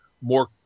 more